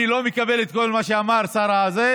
אני לא מקבלת את כל מה שאמר שר הביטחון,